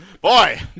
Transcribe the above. Boy